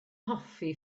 hoffi